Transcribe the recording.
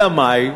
אלא מאי?